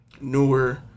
newer